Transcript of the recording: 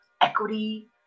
equity